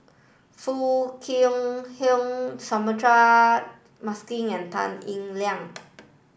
Foo Kwee Horng Suratman Markasan and Tan Eng Liang